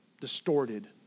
distorted